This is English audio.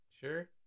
sure